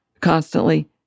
constantly